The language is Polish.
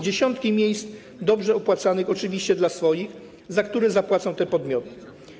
Dziesiątki miejsc dobrze opłacanych, oczywiście dla swoich, za które zapłacą te podmioty.